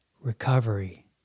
Recovery